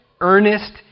earnest